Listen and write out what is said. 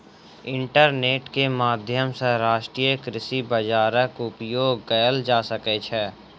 internet के माध्यम सॅ राष्ट्रीय कृषि बजारक उपयोग कएल जा सकै छै